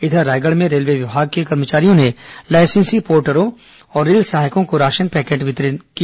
इंधर रायगढ़ में रेलवे विभाग के कर्मचारियों ने लाइसेंसी पोर्टरों और रेल सहायकों को राशन पैकेट का वितरण किया